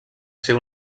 ser